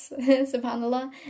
subhanAllah